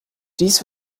dies